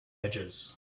edges